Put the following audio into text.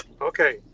Okay